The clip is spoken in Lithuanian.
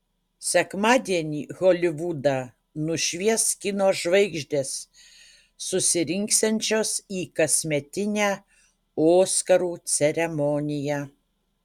sekmadienį holivudą nušvies kino žvaigždės susirinksiančios į kasmetinę oskarų ceremoniją